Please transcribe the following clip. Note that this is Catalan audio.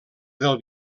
del